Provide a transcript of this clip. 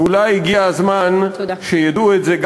ואולי הגיע הזמן שידעו את זה,